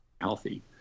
healthy